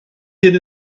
hyn